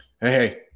Hey